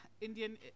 Indian